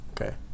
Okay